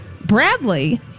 Bradley